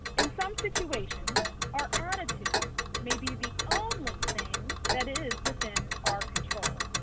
in some situations our attitude may be the only thing that is within our control.